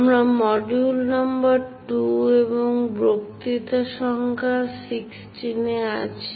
আমরা মডিউল নম্বর 2 এবং বক্তৃতা সংখ্যা 16 তে আছি